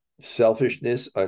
Selfishness